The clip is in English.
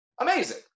amazing